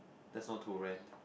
that's all to rent